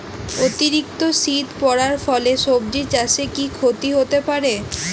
অতিরিক্ত শীত পরার ফলে সবজি চাষে কি ক্ষতি হতে পারে?